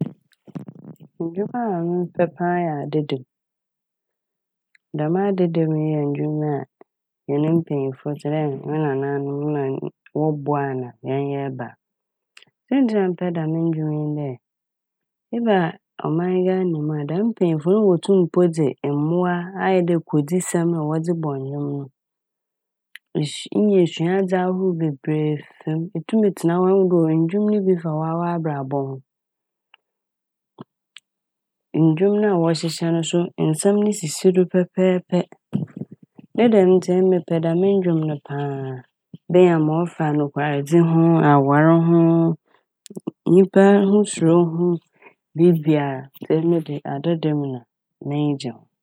Ndwom a mepɛ paa yɛ adada m'. Dɛm adada m' yi yɛ ndwom a hɛn mpanyimfo tse dɛ hɛn me nanaanom na m- wɔbɔ ana hɛn yɛɛba. Saintsir a mepɛ dɛm ndwom nye dɛ eba ɔman Ghana mu a dɛm mpanyimfo n' ɔyɛ a wotum mpo dze mbowa ayɛ dɛ kodzisɛm mpo na wɔdze bɔ ndwom no. Isua - inya suadze ahorow bebree fi m'. Itum tsena hɔ a ihu dɛ ndwom no bi fa w'abrabɔ ho. Ndwom na wɔhyehyɛ no so nsɛm no sisi do pɛpɛɛpɛ. Ne dɛm ntsi emi mepɛ dɛm ndwom no paa. Ibenya ma ɔfa nokwardzi ho, awar ho, nyimpa ho suro ho, biribiara. Ntsi emi dze adada m' na m'enyi gye ho.